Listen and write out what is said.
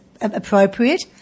appropriate